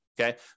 okay